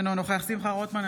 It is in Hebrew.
אינו נוכח שמחה רוטמן,